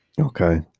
Okay